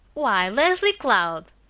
why, leslie cloud!